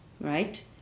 right